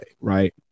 Right